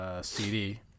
CD